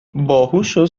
باهوشو